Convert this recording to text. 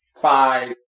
five